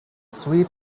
sweet